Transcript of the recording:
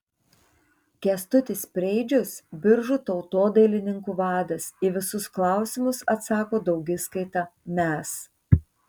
kęstutis preidžius biržų tautodailininkų vadas į visus klausimus atsako daugiskaita mes